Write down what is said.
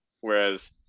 Whereas